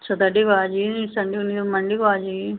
Saturday को आ जाइए नहीं सन्डे ओंडे मन्डे को आ जाइए